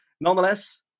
Nonetheless